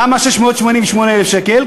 למה 688,000 שקל?